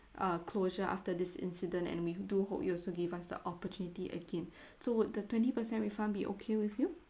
uh closure after this incident and we do hope you also give us the opportunity again so would the twenty percent refund be okay with you